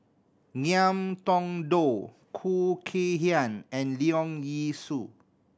Ngiam Tong Dow Khoo Kay Hian and Leong Yee Soo